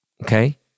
Okay